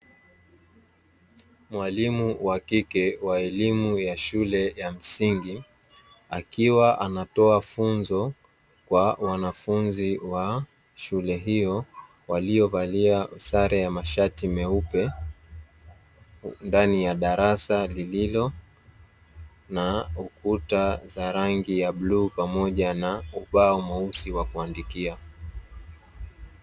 Mwalimu wa kike wa elimu ya shule ya msingi akiwa anatoa funzo kwa wanafunzi wa shule hiyo waliovalia sare ya mashati meupe ndani ya darasa lililo na kuta za rangi ya bluu pamoja na ubao mweusi wa kuandikia.